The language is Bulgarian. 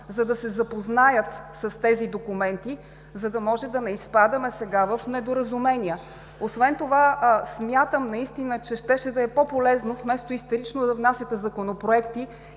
за да се запознаят с тези документи, та да не изпадаме сега в недоразумения. Освен това смятам, че щеше да е по-полезно вместо истерично да внасяте законопроекти